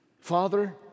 Father